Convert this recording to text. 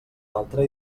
altre